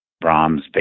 Brahms